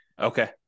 okay